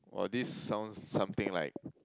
!wow! this sounds something like